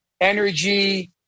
energy